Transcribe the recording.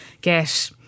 get